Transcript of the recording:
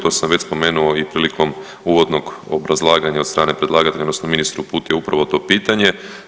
To sam već spomenuo i prilikom uvodnog obrazlaganja od strane predlagatelja odnosno ministru uputio upravo to pitanje.